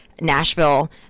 Nashville